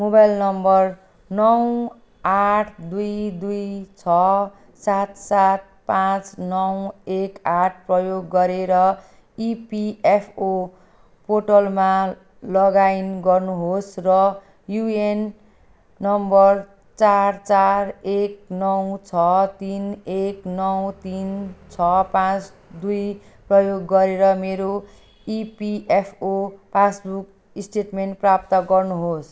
mobile number नौ आठ दुई दुई छ सात सात पाँच नौ एक आठ प्रयोग गरेर इपिएफओ पोर्टलमा लगइन गर्नुहोस् र युएएन नम्बर चार चार एक नौ छ तिन एक नौ तिन छ पाँच दुई प्रयोग गरेर मेरो इपिएफओ पासबुक स्टेटमेन्ट प्राप्त गर्नुहोस्